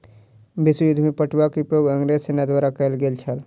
विश्व युद्ध में पटुआक उपयोग अंग्रेज सेना द्वारा कयल गेल छल